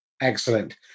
Excellent